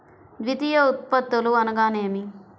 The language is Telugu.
ద్వితీయ ఉత్పత్తులు అనగా నేమి?